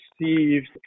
received